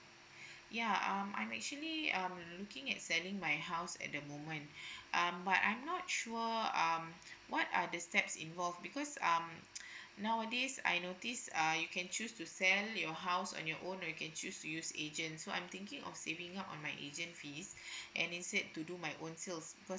yeah um I'm actually um looking at selling my house at the moment um but I'm not sure um what are the steps involved because um nowadays I notice uh you can choose to sell your house on your own or you can choose to use agent so I'm thinking of saving up on my agent fees and insist to do my own sales cause